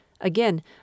Again